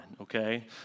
okay